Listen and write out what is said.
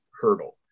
hurdle